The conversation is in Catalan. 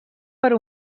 per